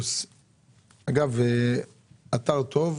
זה אתר טוב,